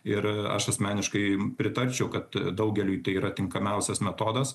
ir aš asmeniškai pritarčiau kad daugeliui tai yra tinkamiausias metodas